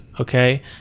okay